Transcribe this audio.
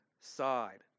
side